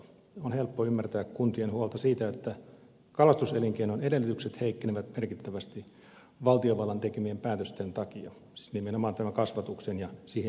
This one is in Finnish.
on helppo ymmärtää kuntien huolta siitä että kalastuselinkeinon edellytykset heikkenevät merkittävästi valtiovallan tekemien päätösten takia siis nimenomaan tämän kasvatuksen ja siihen liittyvän jalostuksen heiketessä